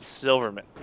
Silverman